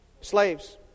Slaves